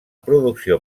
producció